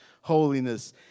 holiness